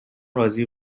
راضی